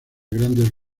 grandes